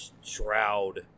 shroud